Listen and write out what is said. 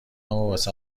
واست